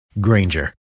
Granger